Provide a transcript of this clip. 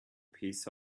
peace